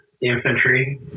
infantry